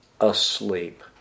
asleep